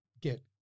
get